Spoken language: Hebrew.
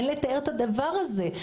אין לתאר את הדבר הזה.